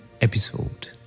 episode